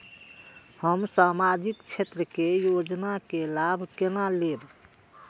हम सामाजिक क्षेत्र के योजना के लाभ केना लेब?